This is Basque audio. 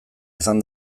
izan